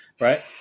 right